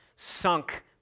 sunk